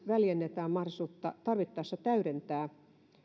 väljennetään mahdollisuutta tarvittaessa täydentää